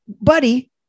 Buddy